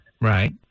Right